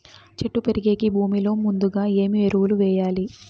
చెట్టు పెరిగేకి భూమిలో ముందుగా ఏమి ఎరువులు వేయాలి?